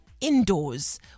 indoors